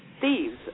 thieves